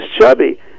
Chubby